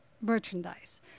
merchandise